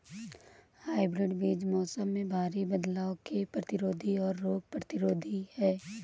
hybrid बीज मौसम में भारी बदलाव के प्रतिरोधी और रोग प्रतिरोधी हैं